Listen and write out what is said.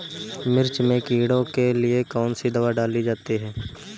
मिर्च में कीड़ों के लिए कौनसी दावा डाली जाती है?